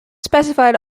specified